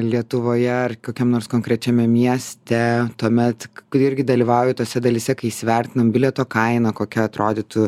lietuvoje ar kokiam nors konkrečiame mieste tuomet kai irgi dalyvauju tose dalyse kai įsivertinam bilieto kainą kokia atrodytų